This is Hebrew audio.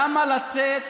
למה לצאת